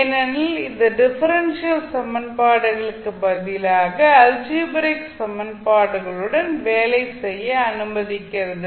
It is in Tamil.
ஏனெனில் இது டிஃபரென்ஷியல் சமன்பாடுகளுக்கு பதிலாக அல்ஜீபரீக் சமன்பாடுகளுடன் வேலை செய்ய அனுமதிக்கிறது